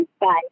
Bye